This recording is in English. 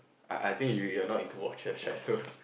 I I think you you are not into watches right so